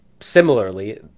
similarly